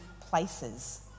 places